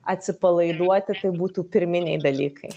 atsipalaiduoti tai būtų pirminiai dalykai